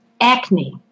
acne